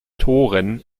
toren